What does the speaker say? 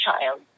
child